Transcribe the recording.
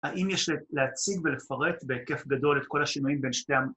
‫האם יש להציג ולפרט בהיקף גדול ‫את כל השינויים בין שתי...